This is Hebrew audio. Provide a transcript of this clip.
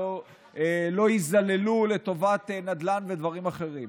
לא ייזללו לטובת נדל"ן ודברים אחרים.